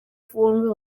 forms